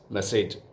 Message